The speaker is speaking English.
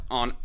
on